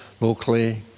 locally